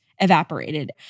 evaporated